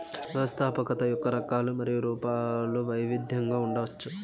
వ్యవస్థాపకత యొక్క రకాలు మరియు రూపాలు వైవిధ్యంగా ఉండవచ్చు